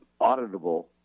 auditable